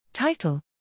Title